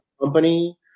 company